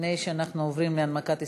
לפני שאנחנו עוברים להנמקת ההסתייגויות,